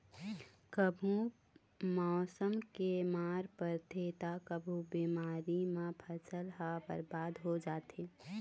कभू मउसम के मार परथे त कभू बेमारी म फसल ह बरबाद हो जाथे